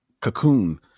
cocoon